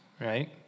right